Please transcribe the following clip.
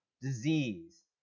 Disease